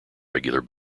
regular